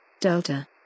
Delta